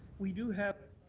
we do have